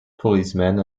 policemen